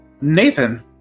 Nathan